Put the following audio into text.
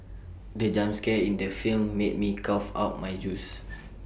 the jump scare in the film made me cough out my juice